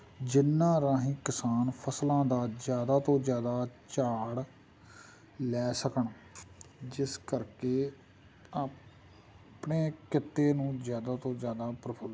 ਜਿੰਨਾ ਰਾਹੀਂ ਕਿਸਾਨ ਫਸਲਾਂ ਦਾ ਜ਼ਿਆਦਾ ਤੋਂ ਜ਼ਿਆਦਾ ਝਾੜ ਲੈ ਸਕਣ ਜਿਸ ਕਰਕੇ ਆਪਣੇ ਕਿੱਤੇ ਨੂੰ ਜ਼ਿਆਦਾ ਤੋਂ ਜ਼ਿਆਦਾ ਪ੍ਰਫੁੱਲਤ